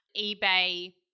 eBay